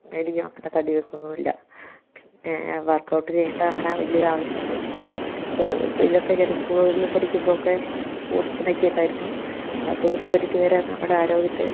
മെലിയാം അങ്ങനെ തടിവെയ്ക്കുമൊന്നും ഇല്ല പിന്നേ വർക്കൌട്ട് ചെയ്യേണ്ട അങ്ങനെ വലിയൊരാവശ്യം വന്നിട്ടില്ല ചെറുതിലൊക്കെ ചെറിയ സ്ക്കൂളുകളിൽ പഠിക്കുമ്പോൾ ഒക്കെ സ്പോർട്സിനൊക്കെ ഉണ്ടായിരുന്നു അതു ഒരു പരിധിവരെ നമ്മുടെ ആരോഗ്യത്തെ